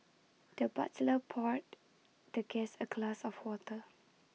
the butler poured the guest A glass of water